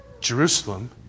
Jerusalem